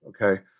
Okay